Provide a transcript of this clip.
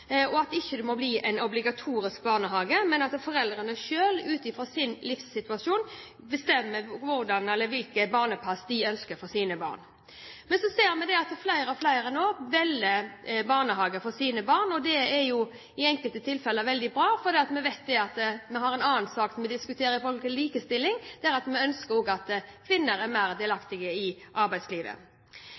og at det ikke må bli en obligatorisk barnehage, men at foreldrene selv, ut fra sin livssituasjon, bestemmer hvilket barnepass de ønsker for sine barn. Men så ser vi at flere og flere nå velger barnehage for sine barn. Det er i enkelte tilfeller veldig bra, for vi har en annen sak som vi diskuterer, som gjelder likestilling, der vi ønsker at kvinner er mer delaktige i arbeidslivet.